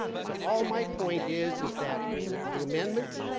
so all my point is is that the the amendment?